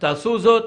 תעשו זאת.